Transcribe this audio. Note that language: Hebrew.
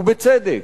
ובצדק,